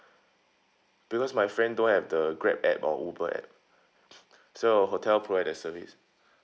because my friend don't have the Grab app or Uber app so your hotel provide that service